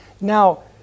Now